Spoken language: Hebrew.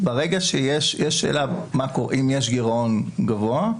השאלה היא אם יש גירעון גבוה,